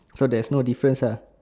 so there's no difference uh